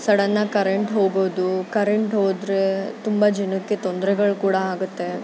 ಸಡನ್ನಾಗಿ ಕರೆಂಟ್ ಹೋಗೋದು ಕರೆಂಟ್ ಹೋದರೆ ತುಂಬ ಜನಕ್ಕೆ ತೊಂದ್ರೆಗಳು ಕೂಡ ಆಗುತ್ತೆ